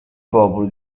popoli